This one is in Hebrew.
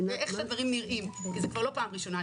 איך הדברים נראים כי זה כבר לא פעם ראשונה.